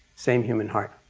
same human heart.